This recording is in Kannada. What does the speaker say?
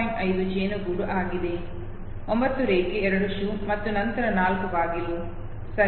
5 ಜೇನುಗೂಡು ಆಗಿದೆ 9 ರೇಖೆ 2 ಶೂ ಮತ್ತು ನಂತರ 4 ಬಾಗಿಲು ಸರಿ